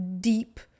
deep